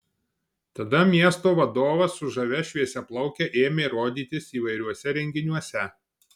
tada miesto vadovas su žavia šviesiaplauke ėmė rodytis įvairiuose renginiuose